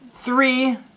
Three